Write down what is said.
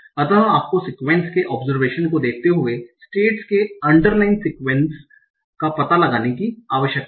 अतः आपको सिक्यूएन्स के ओबजरवेशन को देखते हुए स्टेट्स के अंडरलाइन सिक्यूएन्स का पता लगाने की आवश्यकता है